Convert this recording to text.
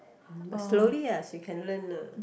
but slowly uh she can learn lah